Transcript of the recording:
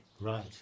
Right